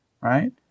right